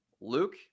Luke